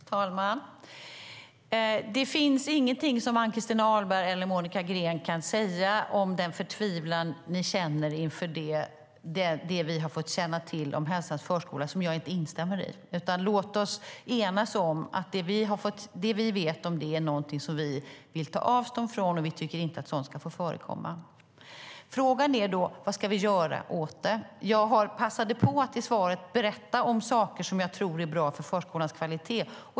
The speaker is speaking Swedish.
Herr talman! Det finns ingenting Ann-Christin Ahlberg eller Monica Green kan säga om den förtvivlan de känner inför det vi har fått veta om Hälsans Förskola som jag inte instämmer i. Låt oss enas om att vi vill ta avstånd från det vi har fått veta. Vi tycker inte att sådant ska få förekomma. Frågan är vad vi ska göra åt det. I svaret passade jag på att berätta om saker jag tror är bra för förskolans kvalitet.